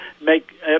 Make